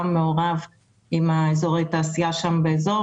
גם מעורב עם אזורי התעשייה באזור.